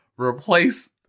replace